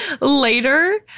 later